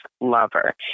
lover